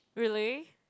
really